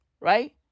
right